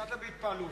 ויצאת בהתפעלות.